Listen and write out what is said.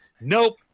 nope